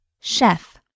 chef